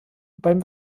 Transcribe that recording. beim